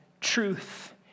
truth